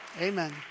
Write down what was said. Amen